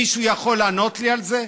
מישהו יכול לענות לי על זה?